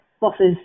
Bosses